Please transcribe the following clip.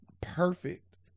perfect